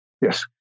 Yes